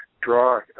draw